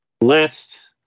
last